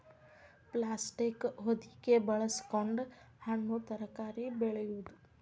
plastic ಹೊದಿಕೆ ಬಳಸಕೊಂಡ ಹಣ್ಣು ತರಕಾರಿ ಬೆಳೆಯುದು